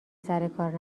سرکار